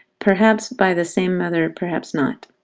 perhaps by the same mother, perhaps not.